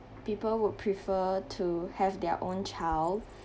people would prefer to have their own child